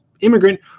immigrant